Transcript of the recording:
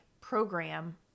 program